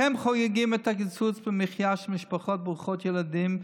אתם חוגגים את הקיצוץ במחיה של משפחות ברוכות ילדים,